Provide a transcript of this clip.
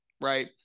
right